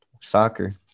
Soccer